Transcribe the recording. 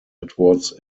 edwards